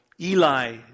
Eli